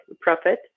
profit